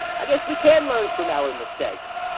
i guess we can learn from our mistakes.